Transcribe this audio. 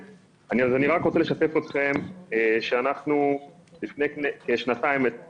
מתוכם כמאה חמישים בתי כנסת הם בתי כנסת מה שנקרא עירוניים,